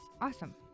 awesome